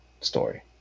story